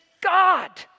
God